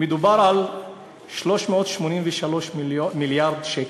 מדובר על 383 מיליארד שקל.